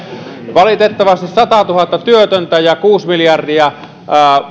valitettavasti satatuhatta työtöntä ja kuusi miljardia